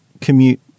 commute